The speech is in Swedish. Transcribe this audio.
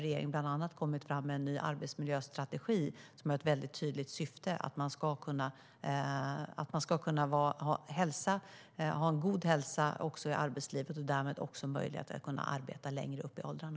Regeringen har bland annat tagit fram en ny arbetsmiljöstrategi med det tydliga syftet att man ska kunna ha en god hälsa också i arbetslivet och därmed också möjligheter att arbeta längre upp i åldrarna.